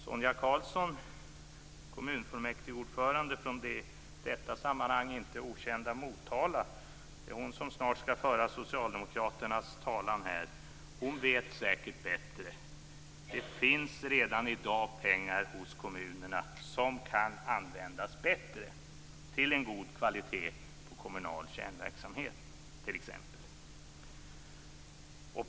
Sonia Karlsson - kommunfullmäktigeordförande från i det här sammanhanget inte okända Motala - skall strax föra socialdemokraternas talan här och hon vet säkert bättre. Det finns redan i dag pengar hos kommunerna som kan användas bättre, som kan användas till att få en god kvalitet på kommunal kärnverksamhet t.ex.